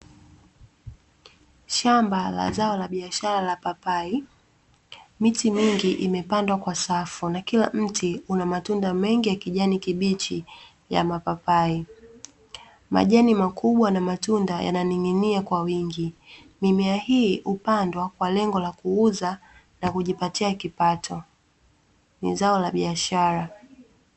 Shamba la zao la biashara la papai. Miti mingi imepandwa kwa safu na kila mti una matunda mengi ya kijani kibichi ya mapapai. Majani makubwa na matunda yananing'inia kwa wingi. Mimea hii hupandwa kwa lengo la kuuza na kujipatia kipato. Ni zao la biashara.